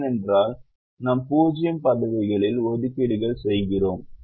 ஏனென்றால் நாம் 0 பதவிகளில் ஒதுக்கீடுகள் செய்கிறோம்